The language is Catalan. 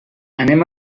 anem